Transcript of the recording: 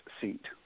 seat